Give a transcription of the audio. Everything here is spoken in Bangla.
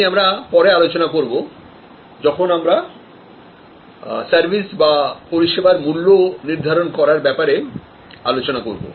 এটা নিয়ে আমরা পরে আলোচনা করব যখন আমরা সার্ভিস বা পরিষেবার মূল্য নির্ধারণ করার ব্যাপারে আলোচনা করব